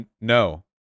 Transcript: No